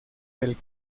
del